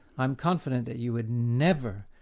i am confident that you would never,